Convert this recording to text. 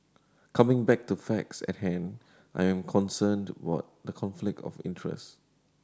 coming back to facts at hand I am concerned were the conflict of interest